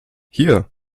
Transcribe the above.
hier